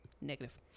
negative